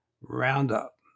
Roundup